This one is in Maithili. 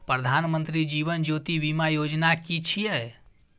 प्रधानमंत्री जीवन ज्योति बीमा योजना कि छिए?